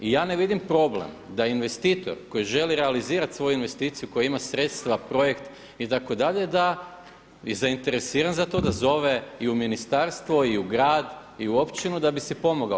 I ja ne vidim problem da investitor koji želi realizirati svoju investiciju, koji ima sredstva, projekt itd., da je zainteresiran za to, da zove i u ministarstvo i u grad i u općinu da bi si pomogao.